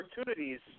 opportunities